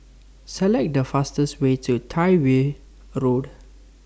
Select The fastest Way to Tyrwhitt Road